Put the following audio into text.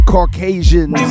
Caucasians